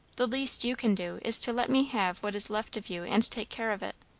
the least you can do, is to let me have what is left of you and take care of it.